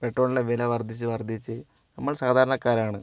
പെട്രോളിൻ്റെ വില വർധിച്ച് വർധിച്ച് നമ്മൾ സാധാരണക്കാരാണ്